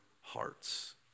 hearts